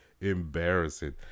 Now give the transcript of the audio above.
embarrassing